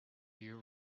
you